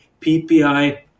PPI